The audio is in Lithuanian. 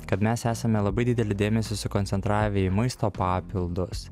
kad mes esame labai didelį dėmesį sukoncentravę į maisto papildus